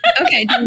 Okay